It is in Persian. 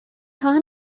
خواهم